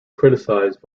criticized